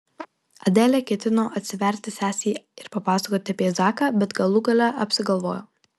adelė ketino atsiverti sesei ir papasakoti apie zaką bet galų gale apsigalvojo